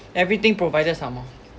everything provided some more